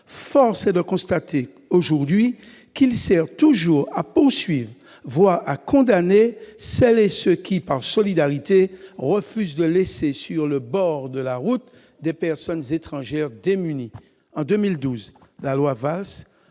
force est de constater aujourd'hui qu'il sert toujours à poursuivre, voire à condamner, celles et ceux qui, par solidarité, refusent de laisser sur le bord de la route des personnes étrangères démunies. En 2012, la loi Valls